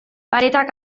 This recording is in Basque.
paretak